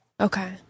Okay